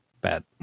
Bad